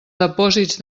depòsits